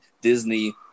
Disney